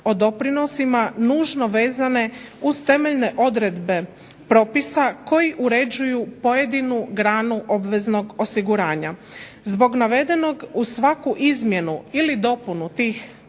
o doprinosima nužno vezane uz temeljne odredbe propisa koji uređuju pojedinu granu obveznog osiguranja. Zbog navedenog uz svaku izmjenu ili dopunu tih